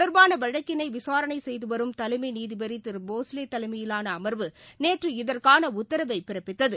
தொடர்பானவழக்கினைவிசாரணைசெய்துவரும் இது தலைமைநீதிபதிதிருபோஸ்லேதலைமையிலாளஅமர்வு நேற்று இதற்காளஉத்தரவைபிறப்பித்தது